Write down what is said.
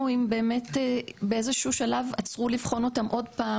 אם באמת באיזה שהוא שלב עצרו לבחון אותם עוד פעם,